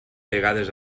vegades